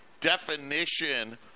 definition